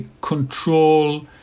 control